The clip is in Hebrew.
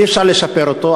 אי-אפשר לשפר אותו.